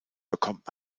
bekommt